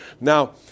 Now